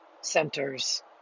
centers